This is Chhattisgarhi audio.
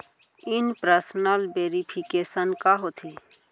इन पर्सन वेरिफिकेशन का होथे?